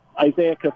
Isaiah